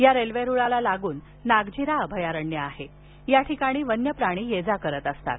या रेल्वे रुळाला लागून नागझिरा अभयारण्य आहेया ठिकाणी वन्य प्राणी ये जा करत असतात